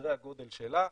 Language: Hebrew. בסדרי הגודל שלה.